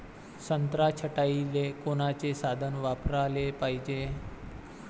संत्रा छटाईले कोनचे साधन वापराले पाहिजे?